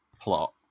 plot